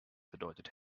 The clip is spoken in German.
bedeutet